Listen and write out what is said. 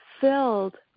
filled